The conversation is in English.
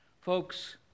Folks